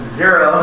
zero